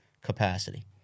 capacity